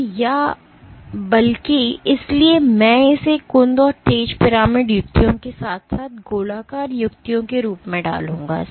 तो या बल्कि इसलिए मैं इसे कुंद और तेज पिरामिड युक्तियों के साथ साथ गोलाकार युक्तियों के रूप में डालूंगा